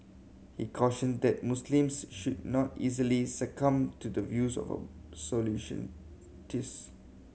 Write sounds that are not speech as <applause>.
he cautioned that Muslims should not easily succumb to the views of absolution <unintelligible>